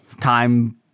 time